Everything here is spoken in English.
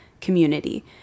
community